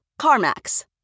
CarMax